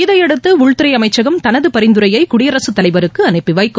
இதையடுத்து உள்துறை அமைச்சகம் தனது பரிந்துரையை குடியரசுத் தலைவருக்கு அனுப்பிவைக்கும்